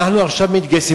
אנחנו עכשיו מתגייסים.